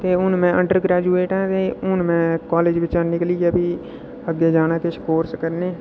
ते हून में अंडर ग्रैजुएट आं ते हून में कालेज बिचा निकलियै भी अग्गें जाना ते किश कोर्स करने